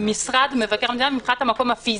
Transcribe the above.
משרד מבקר המדינה מבחינת המקום הפיסי.